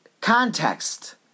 context